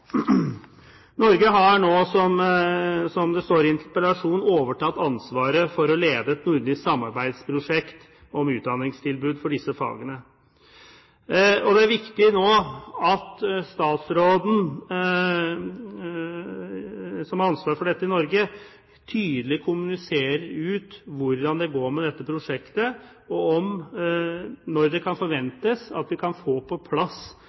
Norge har nå, som det står i interpellasjonen, overtatt ansvaret for å lede et nordisk samarbeidsprosjekt om utdanningstilbudet for disse fagene. Det er viktig at statsråden som har ansvaret for dette i Norge, nå tydelig kommuniserer ut hvordan det går med dette prosjektet, og når det kan forventes at vi kan få på plass